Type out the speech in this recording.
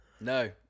No